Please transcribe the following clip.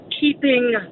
keeping